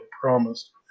promised